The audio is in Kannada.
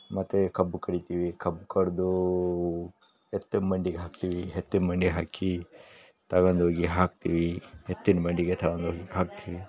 ಮತ್ತು ಕಬ್ಬು ಕಡಿತೀವಿ ಕಬ್ಬು ಕಡಿದು ಎತ್ತಿನ ಮಂಡಿಗೆ ಹಾಕ್ತೀವಿ ಎತ್ತಿನ ಮಂಡಿಗೆ ಹಾಕಿ ತಗೊಂಡ್ ಹೋಗಿ ಹಾಕ್ತೀವಿ ಎತ್ತಿನ ಮಂಡಿಗೆ ತಗೊಂಡ್ ಹೋಗಿ ಹಾಕ್ತೀವಿ